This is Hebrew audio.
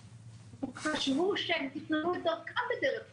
הם תכננו את דרכם בדרך מסוימת,